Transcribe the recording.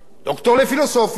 דוקטור לפילוסופיה,